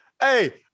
Hey